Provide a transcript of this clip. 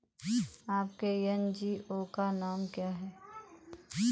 आपके एन.जी.ओ का नाम क्या है?